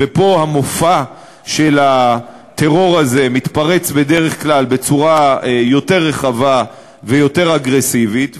ופה המופע של הטרור הזה מתפרץ בדרך כלל בצורה יותר רחבה ויותר אגרסיבית,